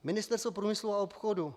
Ministerstvo průmyslu a obchodu.